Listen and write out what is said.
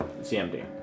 CMD